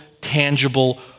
tangible